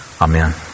Amen